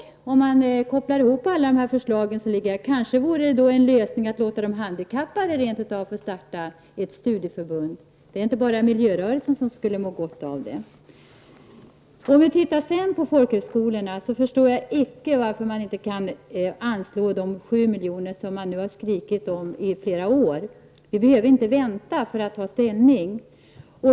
Om alla förslag kopplas ihop kanske det vore en lösning att låta de handikappade få starta ett studieförbund. Det är inte bara miljörörelsen som skulle må gott av det. Jag kan icke förstå varför folkhögskolorna inte kan få de 7 milj.kr. i anslag som de har skrikit efter i flera år. Riksdagen behöver inte vänta för att ta ställning.